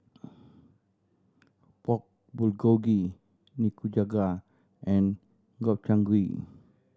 Pork Bulgogi Nikujaga and Gobchang Gui